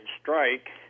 strike